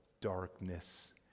darkness